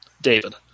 David